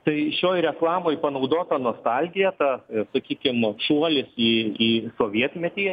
tai šioj reklamoj panaudota nostalgija ta sakykim šuolis į į sovietmetį